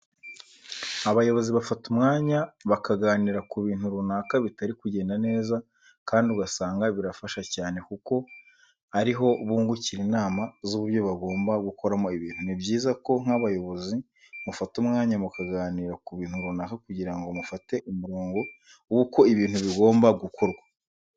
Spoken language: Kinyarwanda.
Abayobozi bafata umwanya bakaganira ku bintu runaka bitari kugenda neza kandi ugasanga birafasha cyane kuko ari ho bungukira inama z'uburyo bagomba gukoramo ibintu. Ni byiza ko nk'abayobozi mufata umwanya mukaganira ku bintu runaka kugira ngo mufate umurongo wuko ibintu bigomba gukorwa.